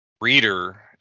reader